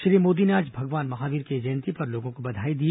श्री मोदी ने आज भगवान महावीर की जयंती पर लोगों को बधाई दी